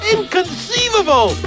Inconceivable